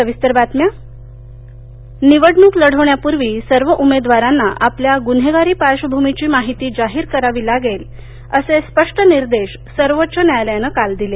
सर्वोच्च न्यायालय निवडणूक लढवण्यापूर्वी सर्व उमेदवारांना आपल्या गुन्हेगारी पार्क्षभुमीची माहिती जाहीर करावी लागेल असे स्पष्ट निर्देश सर्वोच्च न्यायालयानं काल दिले